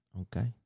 Okay